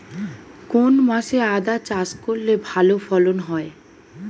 কোন মাসে আদা চাষ করলে ভালো ফলন হয়?